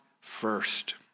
first